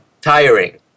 tiring